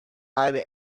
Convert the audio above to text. either